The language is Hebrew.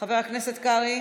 חבר הכנסת קרעי,